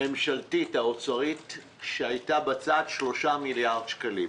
הממשלתית-האוצרית שהייתה בצד, 3 מיליארד שקלים.